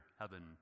heaven